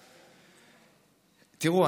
תראו,